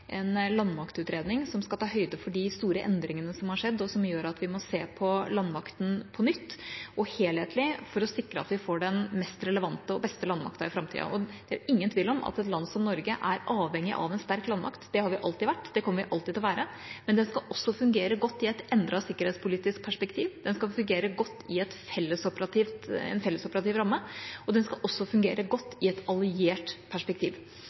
en landmaktutredning som skal ta høyde for de store endringene som har skjedd, og som gjør at vi må se på landmakten på nytt og helhetlig, for å sikre at vi får den mest relevante og beste landmakten i framtida. Det er ingen tvil om at et land som Norge er avhengig av en sterk landmakt. Det har vi alltid vært, det kommer vi alltid til å være. Men den skal også fungere godt i et endret sikkerhetspolitisk perspektiv. Den skal fungere godt i en fellesoperativ ramme, og den skal også fungere godt i et alliert perspektiv.